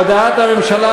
הודעת הממשלה,